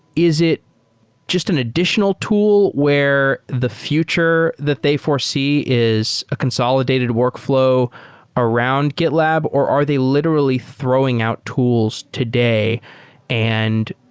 is it just an additional tool where the future that they foresee is a consolidated workflow around gitlab or are they literally throwing out tools today and